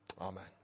Amen